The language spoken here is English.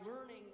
learning